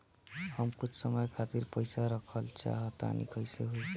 हम कुछ समय खातिर पईसा रखल चाह तानि कइसे होई?